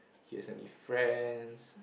he has any friends